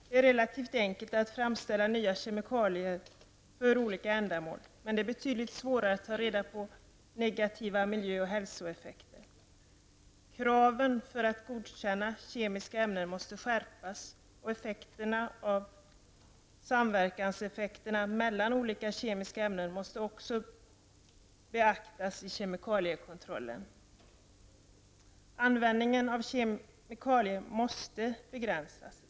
Det är relativt enkelt att framställa nya kemikalier för olika ändamål, men det är betydligt svårare att ta reda på negativa miljö och hälsoeffekter. Kraven för att godkänna kemiska ämnen måste skärpas och samverkanseffekterna mellan olika kemiska ämnen måste också beaktas i kemikaliekontrollen. Användningen av kemikalier måste begränsas.